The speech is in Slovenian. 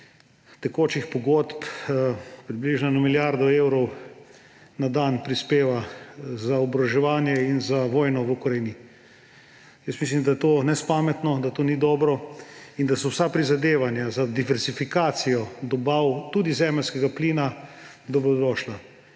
tekočih pogodb približno 1 milijardo evrov na dan prispeva za oboroževanje in za vojno v Ukrajini. Jaz mislim, da je to nespametno, da to ni dobro in da so vsa prizadevanja za diverzifikacijo dobav, tudi zemeljskega plina, dobrodošla.